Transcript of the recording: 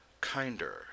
kinder